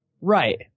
Right